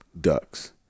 ducks